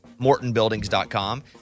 MortonBuildings.com